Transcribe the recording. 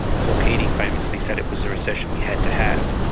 paul keating famously said it was the recession we had to have.